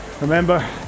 remember